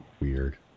weird